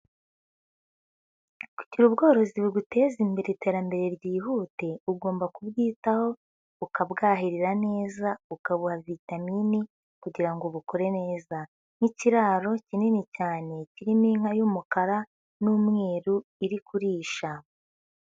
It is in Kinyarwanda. Kugira ubworozi buguteza imbere iterambere ryihute ugomba kubwitaho ukabwahirira neza ukabuha vitaminini kugira ngo bukure neza, nk'ikiraro kinini cyane kirimo inka y'umukara n'umweru iri kurisha.